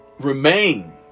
remain